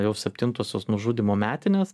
jau septintosios nužudymo metinės